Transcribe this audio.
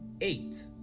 eight